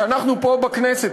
שאנחנו פה בכנסת,